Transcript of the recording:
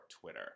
Twitter